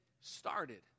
started